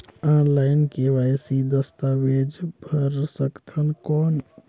Online KYC दस्तावेज भर सकथन कौन?